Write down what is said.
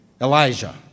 Elijah